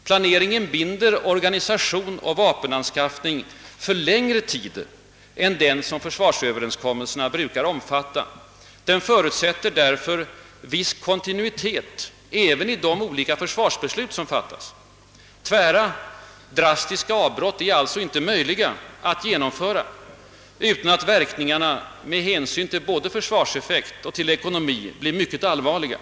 Planeringen binder organisation och vapenanskaffning för längre tid än den försvarsöverenskommelserna brukar omfatta. Den förutsätter därför viss kontinuitet även i de olika försvarsbeslut som fattas. Tvära, drastiska avbrott är inte möjliga att genomföra utan att verkningarna med hänsyn till både försvarseffekt och ekonomi blir mycket allvarliga.